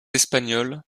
espagnols